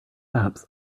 apps